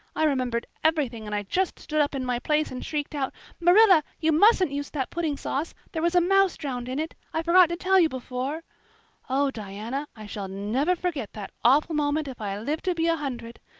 i remembered everything and i just stood up in my place and shrieked out marilla, you mustn't use that pudding sauce. there was a mouse drowned in it. i forgot to tell you before oh, diana, i shall never forget that awful moment if i live to be a hundred.